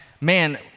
man